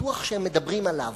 ובטוח שהם מדברים עליו.